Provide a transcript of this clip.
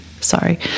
sorry